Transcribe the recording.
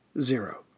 zero